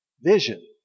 vision